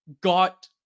got